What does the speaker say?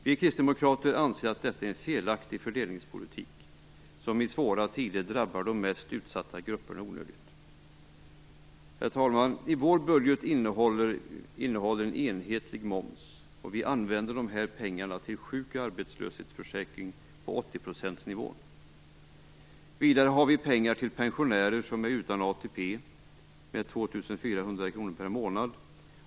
Vi kristdemokrater anser att detta är en felaktig fördelningspolitik som i svåra tider drabbar de mest utsatta grupperna i onödan. Herr talman! Vår budget innehåller en enhetlig moms, och vi använder de här pengarna till en sjukoch arbetslöshetsförsäkring på 80-procentsnivån. Vidare har vi pengar till pensionärer utan ATP - 2 400 kr per månad.